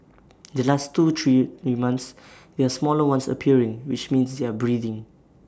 the last two three in months there are smaller ones appearing which means they are breeding